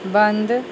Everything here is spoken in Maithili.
बन्द